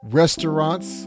restaurants